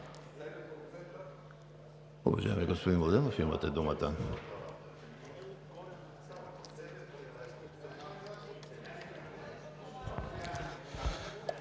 Благодаря